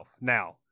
Now